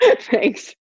Thanks